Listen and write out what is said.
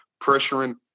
pressuring